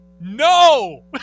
No